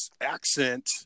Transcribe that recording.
accent